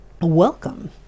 Welcome